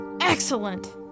Excellent